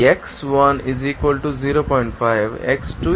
5 x2 0